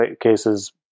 cases